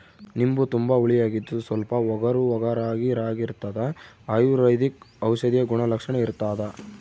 ನಿಂಬು ತುಂಬಾ ಹುಳಿಯಾಗಿದ್ದು ಸ್ವಲ್ಪ ಒಗರುಒಗರಾಗಿರಾಗಿರ್ತದ ಅಯುರ್ವೈದಿಕ ಔಷಧೀಯ ಗುಣಲಕ್ಷಣ ಇರ್ತಾದ